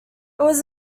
was